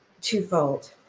twofold